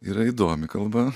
yra įdomi kalba